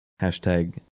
hashtag